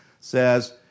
says